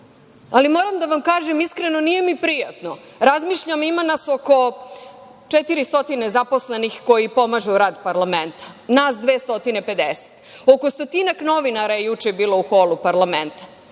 čuli. Moram da vam kažem iskreno, nije mi prijatno. Razmišljam ima nas oko 400 zaposlenih koji pomažu rad parlamenta, nas 250, oko stotinak novinara je juče bilo u holu parlamenta.